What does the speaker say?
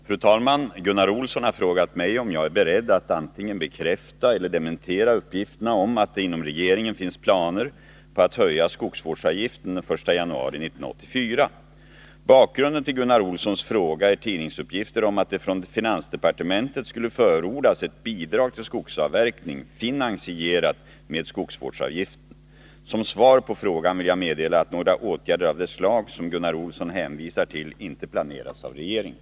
Fru talman! Gunnar Olsson har frågat mig om jag är beredd att antingen bekräfta eller dementera uppgifterna om att det inom regeringen finns planer på att höja skogsvårdsavgiften den 1 januari 1984. Bakgrunden till Gunnar Olssons fråga är tidningsuppgifter om att det från finansdepartementet skulle förordas ett bidrag till skogsavverkning, finansierat med skogsvårdsavgiften. Som svar på frågan vill jag meddela att några åtgärder av det slag som Gunnar Olsson hänvisar till inte planeras av regeringen.